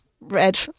red